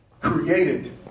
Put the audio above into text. created